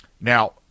Now